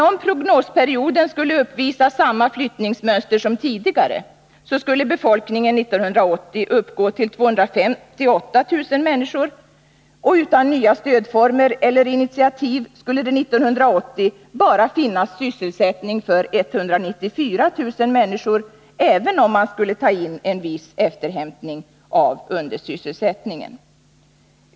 Om prognosperioden skulle uppvisa samma flyttningsmönster som tidigare så skulle befolkningen 1980 uppgå till 258 000 människor. Men utan nya stödformer eller initiativ skulle det 1980 finnas sysselsättning bara för 194 000 människor, även om man skulle kunna hämta in en del av undersysselsättningen.